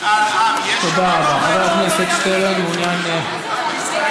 משאל עם, יש שבתון או אין שבתון?